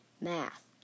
Math